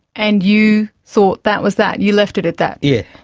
and you thought that was that. you left it at that. yes.